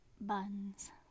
buns